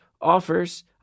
offers